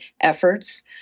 efforts